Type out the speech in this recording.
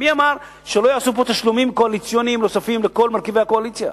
מי אמר שלא יעשו פה תשלומים קואליציוניים נוספים לכל מרכיבי הקואליציה?